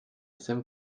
sim